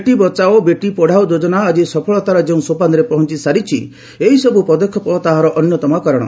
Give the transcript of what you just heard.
ବେଟି ବଚାଓ ବେଟି ପଢାଓ ଯୋଜନା ଆଜି ସଫଳତାର ଯେଉଁ ସୋପାନରେ ପହଞ୍ଚପାରିଛି ଏହି ସବୁ ପଦକ୍ଷେପ ତାହାର ଅନ୍ୟତମ କାରଣ